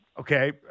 Okay